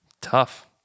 Tough